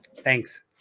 Thanks